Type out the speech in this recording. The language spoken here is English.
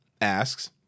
asks